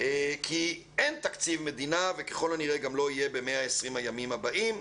כי אין תקציב מדינה וככל הנראה גם לא יהיה ב-120 הימים הבאים,